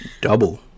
double